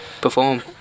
perform